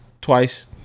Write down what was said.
twice